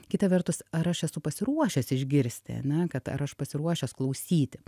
kita vertus ar aš esu pasiruošęs išgirsti ane kad ar aš pasiruošęs klausyti